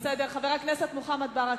חבר הכנסת מוחמד ברכה,